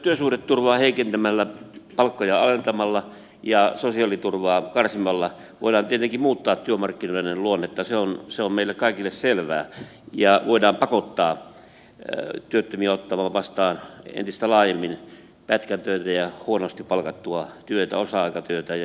työsuhdeturvaa heikentämällä palkkoja alentamalla ja sosiaaliturvaa karsimalla voidaan tietenkin muuttaa työmarkkinoiden luonnetta se on meille kaikille selvää ja voidaan pakottaa työttömiä ottamaan vastaan entistä laajemmin pätkätöitä ja huonosti palkattua työtä osa aikatyötä ja niin edelleen